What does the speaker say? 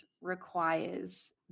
requires